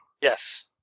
Yes